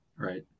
right